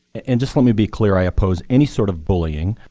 and just let me be clear, i oppose any sort of bullying.